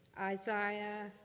Isaiah